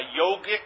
yogic